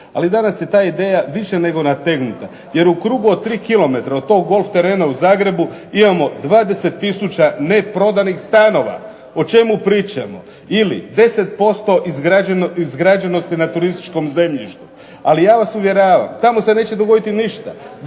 ali danas je ta ideja više nego nategnuta, jer u krugu od tri kilometra od tog golf terena u Zagrebu imamo 20 tisuća neprodanih stanova. O čemu pričamo? Ili 10% izgrađenosti na turističkom zemljištu. Ali ja vas uvjeravam tamo se neće dogoditi ništa.